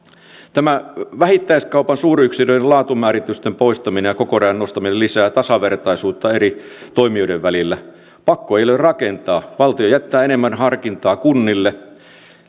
tämä vähittäiskaupan suuryksiköiden laatumääritysten poistaminen ja kokorajan nostaminen lisää tasavertaisuutta eri toimijoiden välillä pakko ei ole rakentaa valtio jättää enemmän harkintaa kunnille